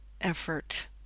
effort